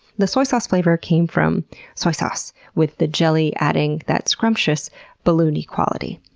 the soy sauce flavor came from soy sauce, with the jelly adding that scrumptious balloon-y quality.